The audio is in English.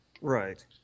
Right